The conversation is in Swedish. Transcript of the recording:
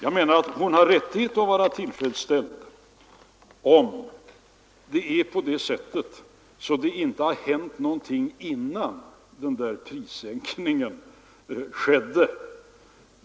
Jag menar att hon har rättighet att vara tillfredsställd, om det är på det sättet att det inte har hänt någonting innan den där prissänkningen skedde.